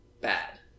Bad